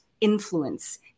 Influence